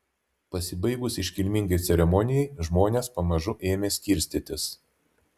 pasibaigus iškilmingai ceremonijai žmonės pamažu ėmė skirstytis